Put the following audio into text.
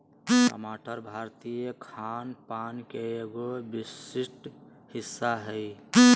टमाटर भारतीय खान पान के एगो विशिष्ट हिस्सा हय